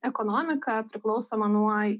ekonomika priklausoma nuo